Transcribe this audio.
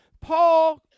Paul